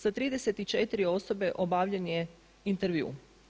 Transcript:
Sa 34 osobe objavljen je intervju.